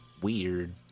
weird